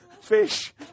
fish